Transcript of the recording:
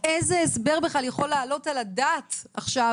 איזה הסבר בכלל יכול להעלות על הדעת עכשיו